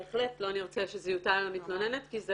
בהחלט לא נרצה שזה יוטל על המתלוננת כי זה